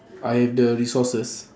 I have the resources